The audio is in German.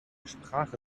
sprache